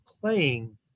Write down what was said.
playing